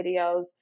videos